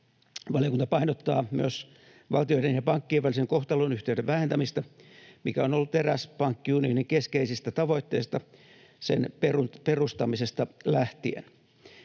Valiokunta painottaa myös valtioiden ja pankkien välisen kohtalonyhteyden vähentämistä, mikä on ollut eräs pankkiunionin keskeisistä tavoitteista sen perustamisesta lähtien.